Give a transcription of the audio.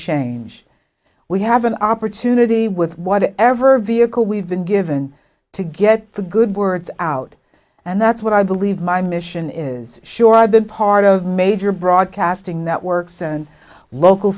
change we have an opportunity with what ever vehicle we've been given to get the good word out and that's what i believe my mission is sure i've been part of major broadcasting networks and local